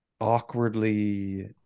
awkwardly